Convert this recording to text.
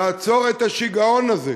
לעצור את השיגעון הזה.